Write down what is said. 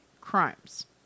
crimes